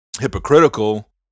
hypocritical